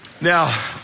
now